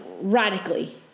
radically